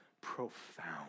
profound